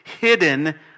hidden